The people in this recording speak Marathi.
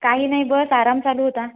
काही नाही बस आराम चालू होता